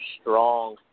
strong